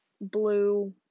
blue